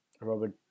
Robert